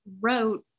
wrote